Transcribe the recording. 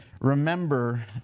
Remember